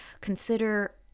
consider